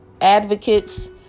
advocates